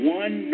one